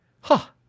Ha